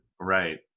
Right